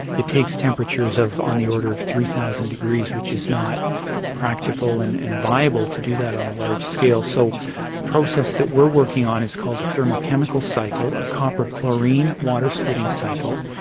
it takes temperatures on the order of three thousand degrees, which is not practical and and viable to do that on a large scale. so the process that we're working on is called the thermo-chemical cycle, a copper chlorine water splitting cycle,